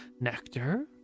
nectar